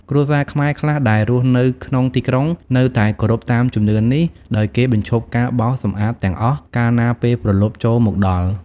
គ្រួសារខ្មែរខ្លះដែលរស់នៅក្នុងទីក្រុង នៅតែគោរពតាមជំនឿនេះ ដោយគេបញ្ឈប់ការបោសសម្អាតទាំងអស់ កាលណាពេលព្រលប់ចូលមកដល់។